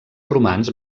romans